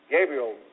Gabriel